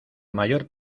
mayor